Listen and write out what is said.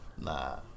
Nah